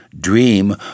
dream